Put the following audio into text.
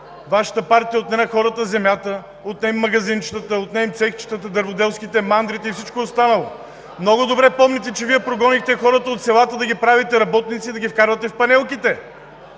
Вашата партия отне на хората земята, отне им магазинчетата, отне им цехчетата – дърводелските, отне им мандрите и всичко останало. Много добре помните, че Вие прогонихте хората от селата да ги правите работници, да ги вкарвате в панелките,